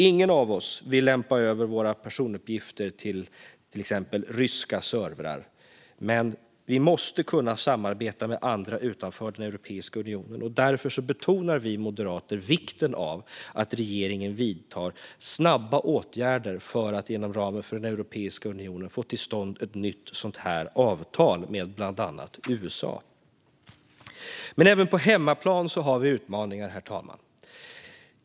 Ingen av oss vill lämpa över våra personuppgifter till exempel till ryska servrar, men vi måste kunna samarbeta med andra utanför Europeiska unionen. Därför betonar vi moderater vikten av att regeringen vidtar snabba åtgärder för att inom ramen för Europeiska unionen få till stånd ett nytt sådant avtal med bland andra USA. Men även på hemmaplan har vi utmaningar, herr talman.